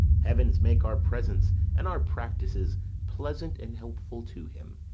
heavens make our presence and our practices pleasant and helpful to him!